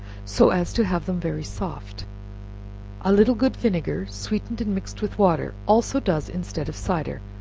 so as to have them very soft a little good vinegar, sweetened and mixed with water, also does instead of cider,